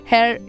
Hair